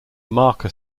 marker